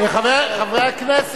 אל תדאג,